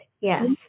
Yes